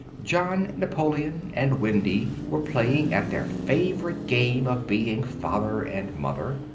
john napoleon and wendy were playing at their favourite game of being father and mother,